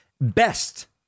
best